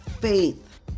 faith